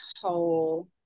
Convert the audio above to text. whole